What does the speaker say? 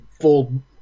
full